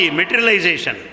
materialization